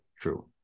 true